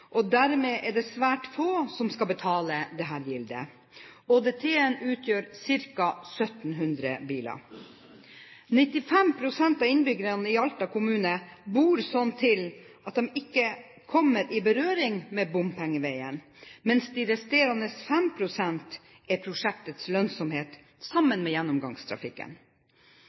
ÅDT. Dermed er det svært få som skal betale dette gildet. ÅDT-en utgjør ca. 1 700 biler. 95 pst. av innbyggerne i Alta kommune bor slik til at de ikke kommer i berøring med bompengevegen, mens de resterende 5 pst. er prosjektets lønnsomhet sammen med gjennomgangstrafikken.